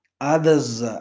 others